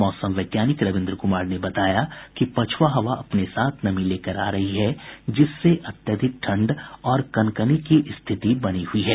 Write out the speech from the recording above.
मौसम वैज्ञानिक रविन्द्र कुमार ने बताया कि पछुआ हवा अपने साथ नमी लेकर आ रही है जिससे अत्यधिक ठंड और कनकनी की स्थिति बनी हुई है